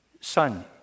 son